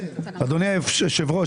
אדוני היושב ראש,